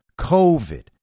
COVID